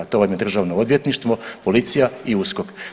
To vam je državno odvjetništvo, policija, USKOK.